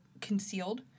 concealed